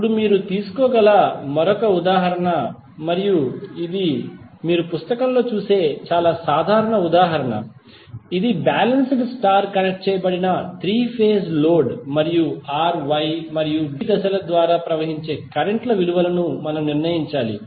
ఇప్పుడు మీరు తీసుకోగల మరొక ఉదాహరణ మరియు ఇది మీరు పుస్తకంలో చూసే చాలా సాధారణ ఉదాహరణ ఇది బాలెన్స్డ్ స్టార్ కనెక్ట్ చేయబడిన 3 ఫేజ్ లోడ్ మరియు R Y మరియు B దశల ద్వారా ప్రవహించే కరెంట్ ల విలువలను మనము నిర్ణయించాలి